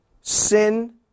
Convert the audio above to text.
sin